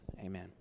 amen